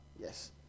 Yes